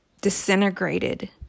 disintegrated